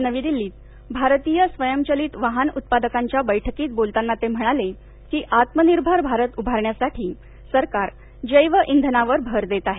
काल नवी दिल्लीत भारतीय स्वयचलित वाहन उत्पादकांच्या बैठकीत बोलताना ते म्हणाले आत्म निर्भर भारत उभारण्यासाठी सरकार जैव इंधनावर भर देत आहे